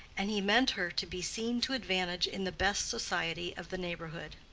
and he meant her to be seen to advantage in the best society of the neighborhood.